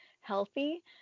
healthy